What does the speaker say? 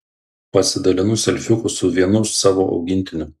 pasidalinu selfiuku su vienu savo augintiniu